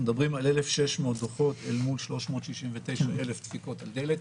אנחנו מדברים על 1,600 דוחות אל מול 369,000 דפיקות על דלת.